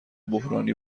بحرانی